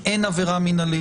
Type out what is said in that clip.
מטעמים שיירשמו,